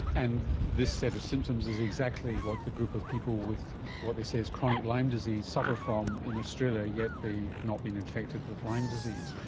and this set of symptoms is exactly what the group of people with what they say is chronic lyme disease suffer from in australia, yet they have not been infected with lyme disease.